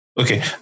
Okay